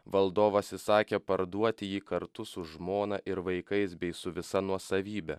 valdovas įsakė parduoti jį kartu su žmona ir vaikais bei su visa nuosavybe